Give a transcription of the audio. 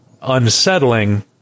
unsettling